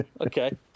okay